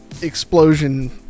Explosion